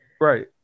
Right